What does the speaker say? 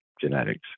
genetics